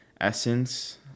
essence